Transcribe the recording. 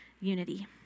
unity